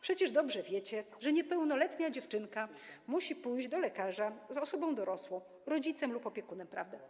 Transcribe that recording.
Przecież dobrze wiecie, że niepełnoletnia dziewczynka musi pójść do lekarza z osobą dorosłą - rodzicem lub opiekunem prawnym.